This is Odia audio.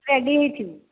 ରେଡ଼ି ହୋଇଥିବୁ